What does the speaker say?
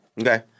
Okay